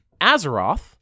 Azeroth